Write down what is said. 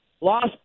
lost